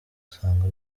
dusanga